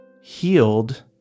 healed